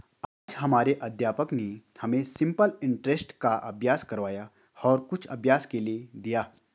आज हमारे अध्यापक ने हमें सिंपल इंटरेस्ट का अभ्यास करवाया और कुछ अभ्यास के लिए दिया